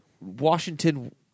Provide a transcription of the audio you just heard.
Washington